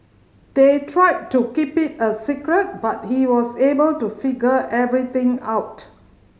they tried to keep it a secret but he was able to figure everything out